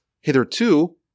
hitherto